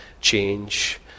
change